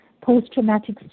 post-traumatic